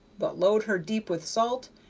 but load her deep with salt,